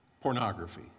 pornography